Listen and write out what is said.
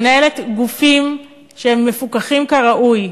אלא במדינה שמנהלת גופים שהם מפוקחים כראוי,